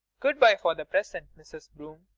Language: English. good-bye for the present, mrs. broome.